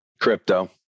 Crypto